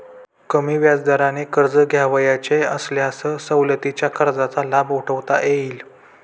कमी व्याजदराने कर्ज घ्यावयाचे असल्यास सवलतीच्या कर्जाचा लाभ उठवता येईल